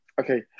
okay